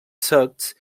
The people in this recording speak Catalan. secs